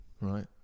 right